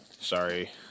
Sorry